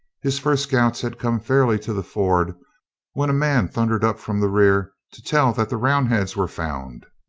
his first scouts had come fairly to the ford when a man thundered up from the rear to tell that the round heads were found.